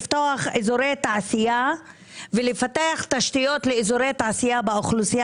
לפתוח אזורי תעשייה ולפתח תשתיות לאזורי תעשייה באוכלוסייה